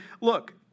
look